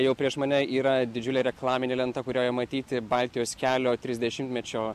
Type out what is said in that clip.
jau prieš mane yra didžiulė reklaminė lenta kurioje matyti baltijos kelio trisdešimtmečio